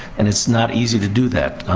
and it's not easy to do that.